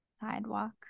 sidewalk